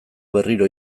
berriro